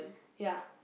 ya